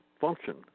function